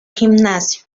gimnasio